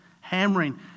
hammering